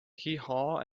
heehaw